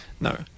No